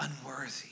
unworthy